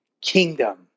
kingdom